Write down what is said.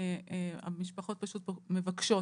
המשפחות פשוט מבקשות